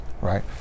right